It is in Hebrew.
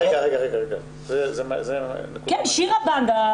רגע, זו נקודה מעניינת.